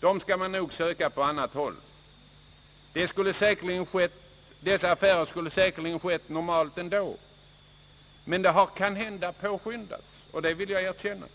Jobberierna skall man nog söka på annat håll. Dessa affärer skulle säkerligen skett normalt ändå, men de har kanhända påskyndats, och det vill jag erkänna.